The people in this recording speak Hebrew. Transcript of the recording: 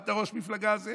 פעם אתה ראש מפלגה הזה,